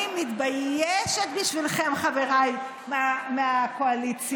אני מתביישת בשבילכם, חבריי מהקואליציה.